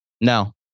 No